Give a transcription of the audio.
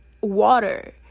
water